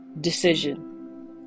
decision